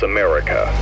America